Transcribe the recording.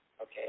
okay